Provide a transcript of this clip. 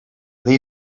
they